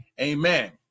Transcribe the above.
Amen